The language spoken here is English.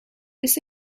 this